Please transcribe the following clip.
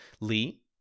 Lee